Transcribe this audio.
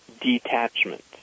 detachment